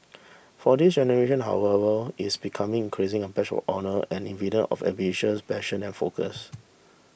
for this generation however it's becoming increasing a badge of honour and evidence of ambition passion and focus